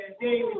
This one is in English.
David